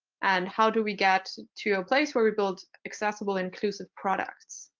and how do we get to a place where we build accessible, inclusive products.